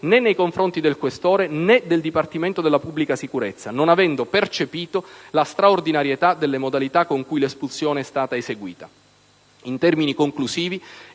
né nei confronti del questore né del Dipartimento della pubblica sicurezza, non avendo percepito la straordinarietà delle modalità con cui l'espulsione è stata eseguita. In termini conclusivi